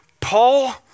Paul